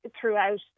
throughout